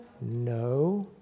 No